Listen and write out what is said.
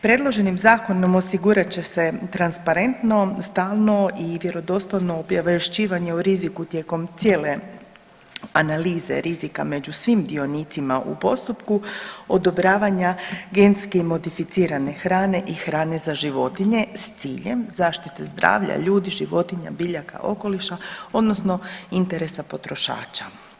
Predloženim zakonom osigurat će se transparentno, stalno i vjerodostojno obavješćivanje o riziku tijekom cijele analize rizika među svim dionicima u postupku odobravanja genski modificirane hrane i hrane za životinje s ciljem zaštite zdravlja, ljudi, životinja, biljaka, okoliša odnosno interesa potrošača.